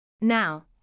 Now